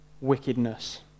wickedness